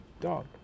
dog